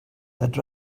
that